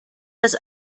das